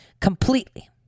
completely